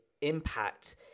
impact